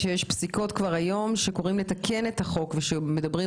פסיקות היום שקוראות לתקן את החוק ומדברות